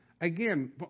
again